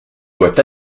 doit